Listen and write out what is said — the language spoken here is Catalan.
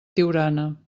tiurana